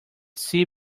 sea